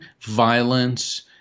violence